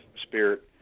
spirit